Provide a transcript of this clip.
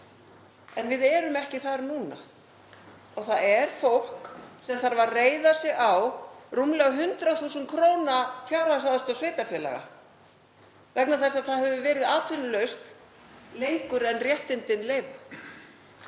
en við erum ekki þar núna. Það er fólk sem þarf að reiða sig á rúmlega 100.000 kr. fjárhagsaðstoð sveitarfélaga vegna þess að það hefur verið atvinnulaust lengur en réttindin leyfa.